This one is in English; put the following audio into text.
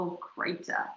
crater